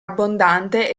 abbondante